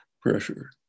pressure